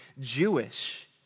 Jewish